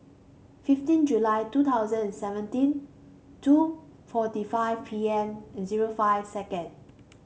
fifteen July two thousand and seventeen two forty seven P M zero five second